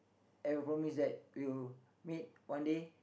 and we promise that we will meet one day